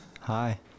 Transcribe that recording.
hi